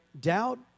doubt